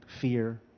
fear